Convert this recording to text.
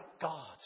God